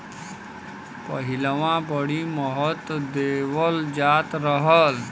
पहिलवां बड़ी महत्त्व देवल जात रहल